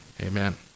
Amen